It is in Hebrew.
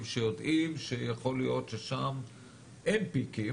שיודעים שיכול להיות ששם אין פיקים,